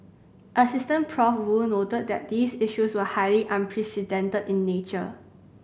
Assistant Prof Woo noted that these issues were highly unprecedented in nature